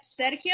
Sergio